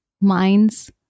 minds